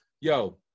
yo